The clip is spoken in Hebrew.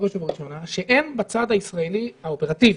בראש ובראשונה שאין בצד הישראלי האופרטיבי,